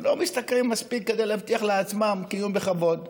הם לא משתכרים מספיק כדי להבטיח לעצמם קיום בכבוד.